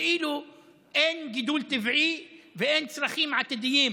כאילו אין גידול טבעי ואין צרכים עתידיים.